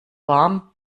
warm